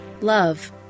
love